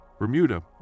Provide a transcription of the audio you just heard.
Bermuda